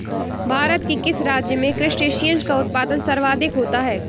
भारत के किस राज्य में क्रस्टेशियंस का उत्पादन सर्वाधिक होता है?